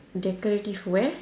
decorative where